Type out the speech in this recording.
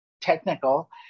technical